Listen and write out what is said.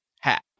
hat